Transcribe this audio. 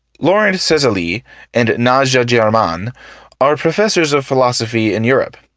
laurent cesalli and nadja germann are professors of philosophy in europe.